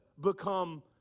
become